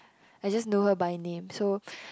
I just know her by name so